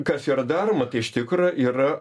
kas yra daroma tai iš tikro yra